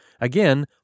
again